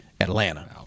Atlanta